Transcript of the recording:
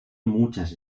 muchas